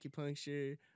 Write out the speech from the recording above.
acupuncture